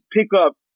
pickup